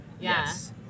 Yes